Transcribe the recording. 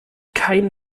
kein